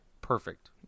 Perfect